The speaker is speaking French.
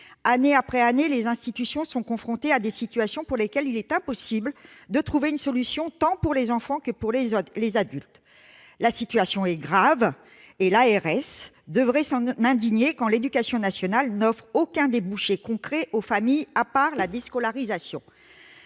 année après année, les institutions sont confrontées à des situations pour lesquelles il est impossible de trouver une solution, qu'il s'agisse d'enfants ou d'adultes. La situation est grave. L'Agence régionale de santé, l'ARS, devrait s'en indigner, quand l'éducation nationale n'offre aucun débouché concret aux familles, à part la déscolarisation.